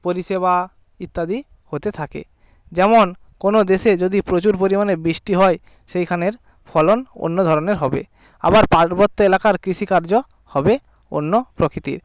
পরিষেবা ইত্যাদি হতে থাকে যেমন কোনও দেশে যদি প্রচুর পরিমাণে বৃষ্টি হয় সেইখানের ফলন অন্য ধরনের হবে আবার পার্বত্য এলাকার কৃষিকার্য হবে অন্য প্রকৃতির